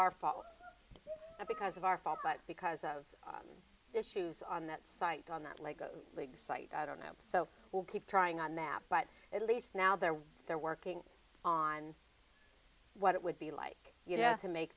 our fault because of our fault but because of issues on that side on that lego league site i don't know so we'll keep trying on that but at least now they're they're working on what it would be like you know to make